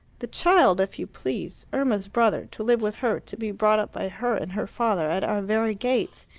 the child, if you please irma's brother to live with her, to be brought up by her and her father at our very gates,